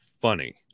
funny